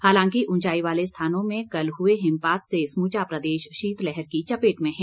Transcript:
हालांकि उंचाई वाले स्थानों में कल हुए हिमपात से समुचा प्रदेश शीतलहर की चपेट में है